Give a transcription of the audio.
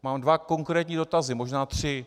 Mám dva konkrétní dotazy, možná tři.